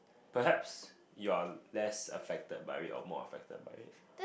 perhaps you are less affected by it or more affected by it